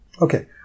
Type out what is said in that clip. Okay